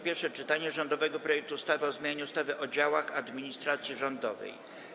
Pierwsze czytanie rządowego projektu ustawy o zmianie ustawy o działach administracji rządowej.